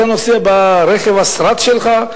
אתה נוסע ברכב השרד שלך?